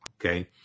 Okay